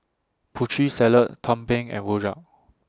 Putri Salad Tumpeng and Rojak